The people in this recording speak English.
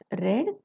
red